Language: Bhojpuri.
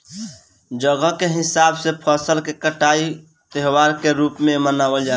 जगह के हिसाब से फसल के कटाई के त्यौहार के रूप में मनावल जला